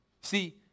See